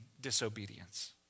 disobedience